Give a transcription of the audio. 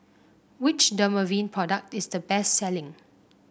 which Dermaveen product is the best selling